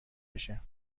بشه